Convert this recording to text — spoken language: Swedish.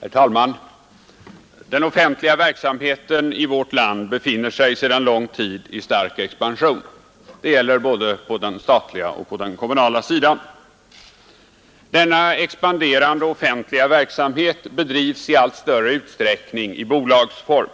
Herr talman! Den offentliga verksamheten i vårt land befinner sig sedan lång tid i stark expansion. Det gäller både på den statliga och på den kommunala sidan. Denna expanderande offentliga verksamhet bedrivs i allt större utsträckning i bolagsform.